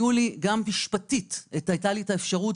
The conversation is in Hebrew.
גם משפטית הייתה לי את האפשרות,